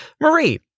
Marie